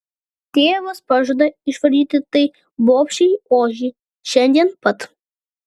tėvas pažada išvaryti tai bobšei ožį šiandien pat